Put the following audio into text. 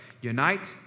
Unite